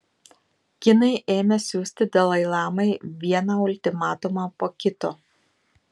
kinai ėmė siųsti dalai lamai vieną ultimatumą po kito